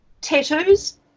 tattoos